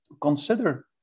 consider